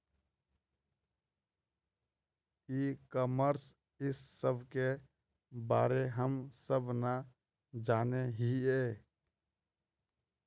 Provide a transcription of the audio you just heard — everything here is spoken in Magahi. ई कॉमर्स इस सब के बारे हम सब ना जाने हीये?